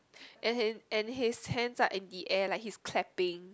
and his and his hands are in the air like he's clapping